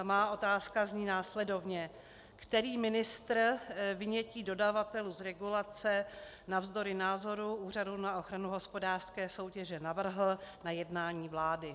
Má otázka zní následovně: Který ministr vynětí dodavatelů z regulace navzdory názoru Úřadu na ochranu hospodářské soutěže navrhl na jednání vlády.